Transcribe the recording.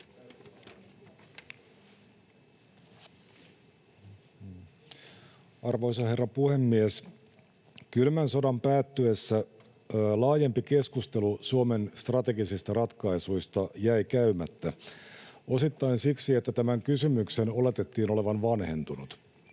Arvoisa herra puhemies! Kylmän sodan päättyessä laajempi keskustelu Suomen strategisista ratkaisuista jäi käymättä osittain siksi, että tämän kysymyksen oletettiin olevan vanhentunut,